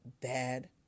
bad